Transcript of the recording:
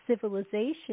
civilization